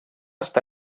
està